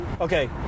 okay